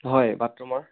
হয় বাথৰুমৰ